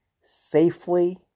safely